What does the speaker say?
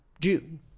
June